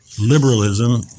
liberalism